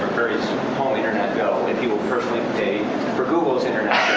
home internet bill if he will personally pay for google's internet